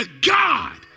God